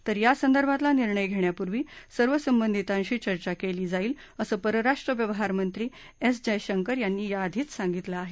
तर यासंदर्भातला निर्णय घेण्यापूर्वी सर्व संबंधितांशी चर्चा केली जाईल असं परराष्ट्र व्यवहार मंत्री एस जयशंकर यांनी याआधीच सांगितलं आहे